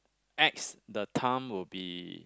X the time will be